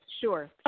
sure